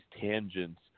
tangents